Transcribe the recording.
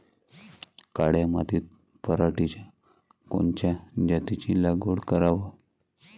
काळ्या मातीत पराटीच्या कोनच्या जातीची लागवड कराव?